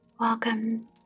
Welcome